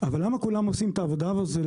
אבל למה כולם עושים את העבודה הזאת,